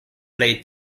plej